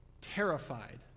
terrified